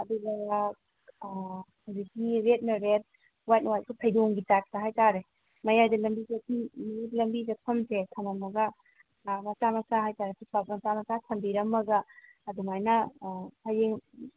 ꯑꯗꯨꯒ ꯍꯧꯖꯤꯛꯀꯤ ꯔꯦꯗꯅ ꯔꯦꯗ ꯋꯥꯏꯠ ꯉꯥꯛꯇ ꯐꯩꯗꯣꯝꯒꯤ ꯇꯥꯏꯞꯇ ꯍꯥꯏꯇꯔꯦ ꯃꯌꯥꯏꯗ ꯂꯝꯕꯤ ꯂꯝꯕꯤ ꯆꯠꯐꯝꯁꯦ ꯊꯃꯝꯃꯒ ꯑꯥ ꯃꯆꯥ ꯃꯆꯥ ꯍꯥꯏꯇꯔꯦ ꯐꯨꯠꯄꯥꯠ ꯃꯆꯥ ꯃꯆꯥ ꯊꯝꯕꯤꯔꯝꯃꯒ ꯑꯗꯨꯃꯥꯏꯅ ꯑꯥ ꯍꯌꯦꯡ